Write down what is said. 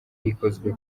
rikozwe